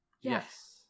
yes